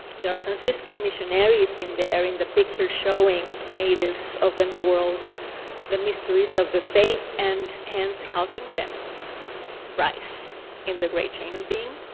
there are franciscan missionaries in there, in the picture, showing natives of the new world the mysteries of the faith, and hence, helping them rise in the great chain of being.